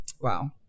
Wow